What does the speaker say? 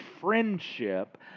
friendship